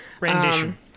rendition